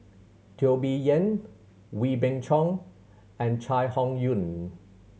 Teo Bee Yen Wee Beng Chong and Chai Hon Yoong